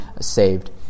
saved